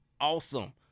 awesome